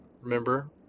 remember